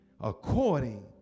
according